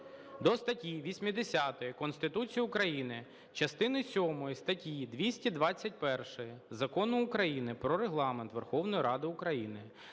…до статті 80 Конституції України, частини сьомої статті 221 Закону України "Про Регламент Верховної Ради України"